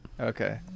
Okay